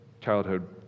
childhood